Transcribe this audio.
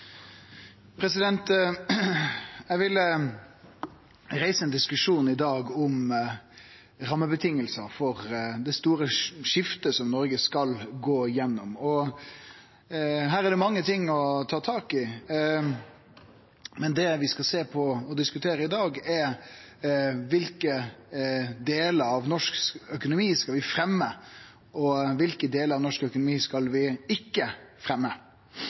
president! Fleire har ikkje bedt om ordet til sak nr. 5. Eg ville reise ein diskusjon i dag om rammevilkåra for det store skiftet som Noreg skal gå gjennom. Her er det mange ting å ta tak i, men det vi skal sjå på og diskutere i dag, er kva delar av norsk økonomi vi skal fremje, og kva delar av norsk økonomi vi ikkje